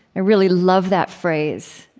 i really love that phrase.